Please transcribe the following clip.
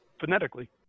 phonetically